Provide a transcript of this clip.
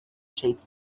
shapes